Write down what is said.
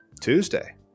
Tuesday